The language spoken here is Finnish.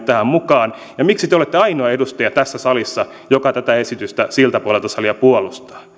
tähän mukaan ja miksi te olette ainoa edustaja tässä salissa joka tätä esitystä siltä puolelta salia puolustaa